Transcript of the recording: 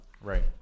Right